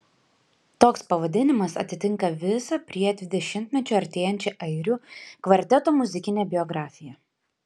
toks pavadinimas atitinka visą prie dvidešimtmečio artėjančią airių kvarteto muzikinę biografiją